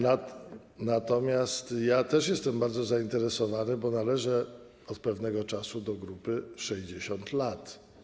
Natomiast ja też jestem bardzo zainteresowany, bo należę od pewnego czasu do grupy osób 60-letnich.